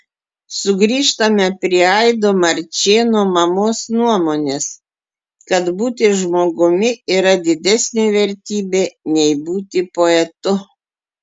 sugrįžtame prie aido marčėno mamos nuomonės kad būti žmogumi yra didesnė vertybė nei būti poetu